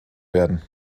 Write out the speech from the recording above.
werden